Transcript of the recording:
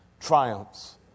triumphs